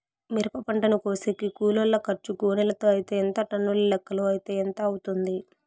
మిరప పంటను కోసేకి కూలోల్ల ఖర్చు గోనెలతో అయితే ఎంత టన్నుల లెక్కలో అయితే ఎంత అవుతుంది?